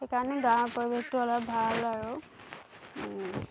সেইকাৰণে গাঁৱৰ পৰিৱেশটো অলপ ভাল আৰু